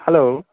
hello